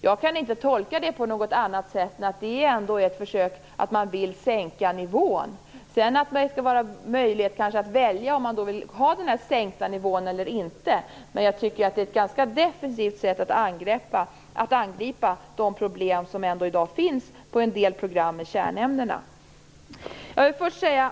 Jag kan inte tolka det på något annat sätt än att det ändå är ett försök att sänka nivån. Sedan kan man möjligen välja om man vill ha den sänkta nivån eller inte, men jag tycker att det är ett ganska defensivt sätt att angripa de problem som ändå i dag finns på en del program i kärnämnena.